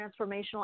transformational